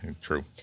True